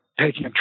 taking